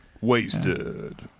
Wasted